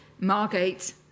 Margate